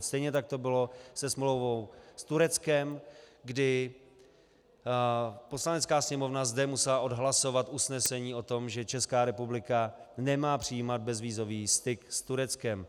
Stejně tak to bylo se smlouvou s Tureckem, kdy Poslanecká sněmovna zde musela odhlasovat usnesení o tom, že Česká republika nemá přijímat bezvízový styk s Tureckem.